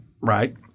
Right